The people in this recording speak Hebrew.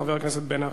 חבר הכנסת בן-ארי.